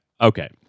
Okay